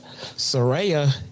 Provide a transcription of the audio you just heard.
Soraya